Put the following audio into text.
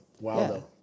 Wow